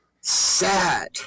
sad